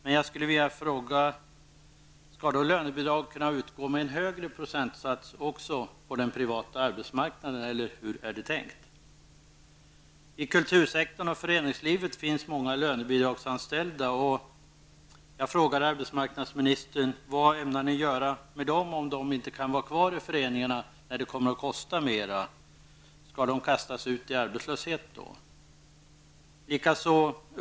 Men jag skulle vilja fråga: Skall lönebidrag kunna utgå med en högre procentsats också på den privata arbetsmarknaden, eller hur är det tänkt? Inom kultursektorn och i föreningslivet finns många lönebidragsanställda. Jag frågar arbetsmarknadsministern vad ni ämnar göra med dem om de inte kan vara kvar i föreningarna när det kommer att kosta mer. Skall de kastas ut i arbetslöshet då?